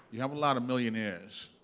you have a lot of millionaires.